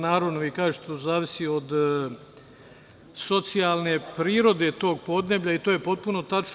Naravno, vi kažete zavisi od socijalne prirode tog podneblja i to je potpuno tačno.